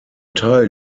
teil